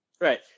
Right